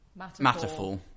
Matterfall